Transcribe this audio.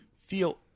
feel